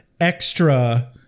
extra